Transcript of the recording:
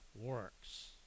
works